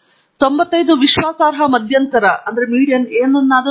95 ವಿಶ್ವಾಸಾರ್ಹ ಮಧ್ಯಂತರವು ಏನನ್ನಾದರೂ ಹೊಂದಿದೆ